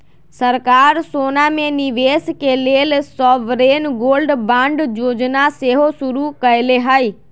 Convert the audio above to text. सरकार सोना में निवेश के लेल सॉवरेन गोल्ड बांड जोजना सेहो शुरु कयले हइ